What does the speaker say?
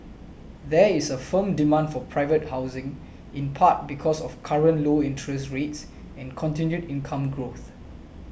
there is a firm demand for private housing in part because of current low interest rates and continued income growth